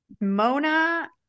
Mona